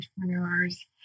entrepreneurs